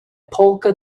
polka